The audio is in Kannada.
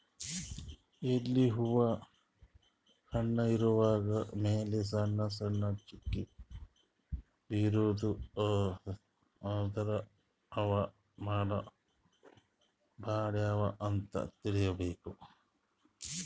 ಎಲಿ ಹೂವಾ ಹಣ್ಣ್ ಇವ್ಗೊಳ್ ಮ್ಯಾಲ್ ಸಣ್ಣ್ ಸಣ್ಣ್ ಚುಕ್ಕಿ ಬಿದ್ದೂ ಅಂದ್ರ ಅವ್ ಬಾಡ್ಯಾವ್ ಅಂತ್ ತಿಳ್ಕೊಬೇಕ್